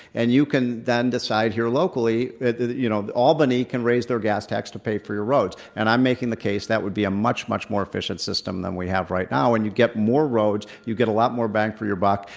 and you can then decide here locally you know albany can raise their gas tax to pay for your roads. and i'm making the case that would be a much, much more efficient system than we have right now. and you get more roads, you get a lot more bang for your buck.